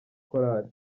korali